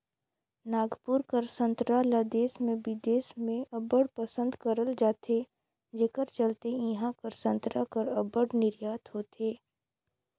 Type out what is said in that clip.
नागपुर कर संतरा ल देस में बिदेस में अब्बड़ पसंद करल जाथे जेकर चलते इहां कर संतरा कर अब्बड़ निरयात होथे